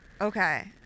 Okay